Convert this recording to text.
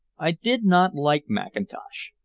i did not like mackintosh.